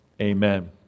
amen